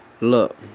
Look